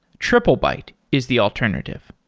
triplebyte is the alternative.